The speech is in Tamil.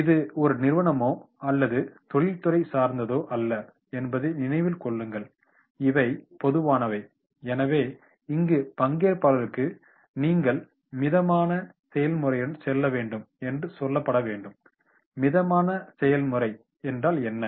இது ஒரு நிறுவனமோ அல்லது தொழில்துறை சார்ந்தததோ அல்ல என்பதை நினைவில் கொள்ளுங்கள் இவை பொதுவானவை எனவே இங்கு பங்கேற்பாளருக்கு நீங்கள் மிதமான செயல்முறையுடன் செல்ல வேண்டும் என்று சொல்லப்பட வேண்டும் மிதமான செயல்முறை என்றால் என்ன